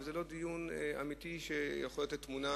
וזה לא דיון אמיתי שיכול לתת תמונה